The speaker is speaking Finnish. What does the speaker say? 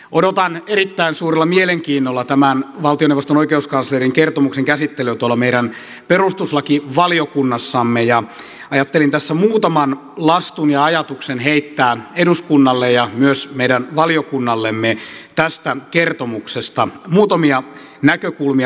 odotan erittäin suurella mielenkiinnolla valtioneuvoston oikeuskanslerin kertomuksen käsittelyä meidän perustuslakivaliokunnassamme ja ajattelin tässä muutaman lastun ja ajatuksen heittää eduskunnalle ja myös meidän valiokunnallemme tästä kertomuksesta muutamia näkökulmia lähetekeskusteluun